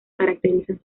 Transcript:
caracterizan